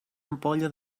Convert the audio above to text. ampolla